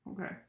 Okay